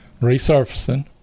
resurfacing